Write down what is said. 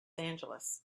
angeles